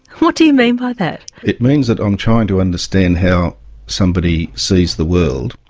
what do you mean by that? it means that i'm trying to understand how somebody sees the world,